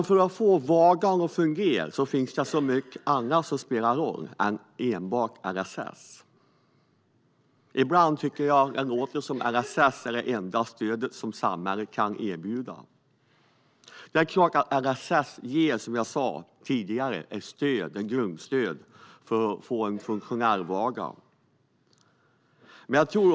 För att vardagen ska fungera är det mycket annat än enbart LSS som spelar roll. Ibland låter det som att LSS är det enda stödet samhället kan erbjuda. LSS ger som sagt självklart ett grundstöd för att man ska få en funktionell vardag.